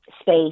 space